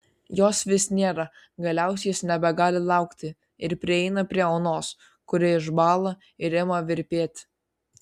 jos vis nėra galiausiai jis nebegali laukti ir prieina prie onos kuri išbąla ir ima virpėti